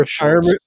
retirement